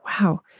wow